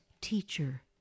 teacher